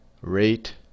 rate